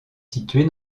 située